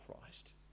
Christ